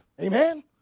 Amen